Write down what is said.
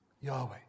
Yahweh